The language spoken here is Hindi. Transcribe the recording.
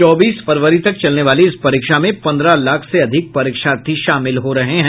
चौबीस फरवरी तक चलने वाली इस परीक्षा में पंद्रह लाख से अधिक परीक्षार्थी शामिल हो रहे हैं